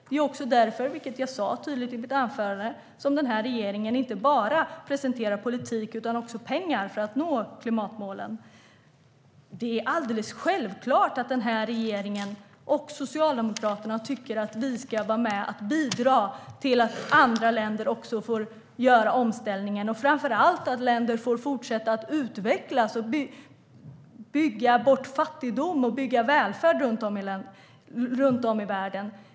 Det är också därför, vilket jag sa tydligt i mitt anförande, som den här regeringen inte bara presenterar politik utan också pengar för att nå klimatmålen. Det är alldeles självklart att regeringen och Socialdemokraterna tycker att vi ska vara med och bidra till att också andra länder får göra omställningen, och framför allt att länder får fortsätta att utvecklas och bygga bort fattigdom och bygga välfärd runt om i världen.